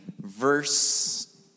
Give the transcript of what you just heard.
verse